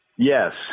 Yes